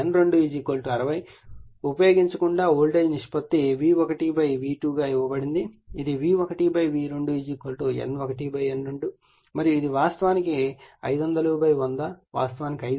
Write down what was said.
ఉపయోగించకుండా వోల్టేజ్ నిష్పత్తి V1 V2ఇవ్వబడుతుంది ఇది V1 V2 N1 N2 మరియు ఇది వాస్తవానికి 500 100 వాస్తవానికి 5 అవుతుంది